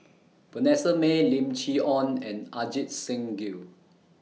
Vanessa Mae Lim Chee Onn and Ajit Singh Gill